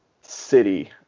city